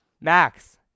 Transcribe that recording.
Max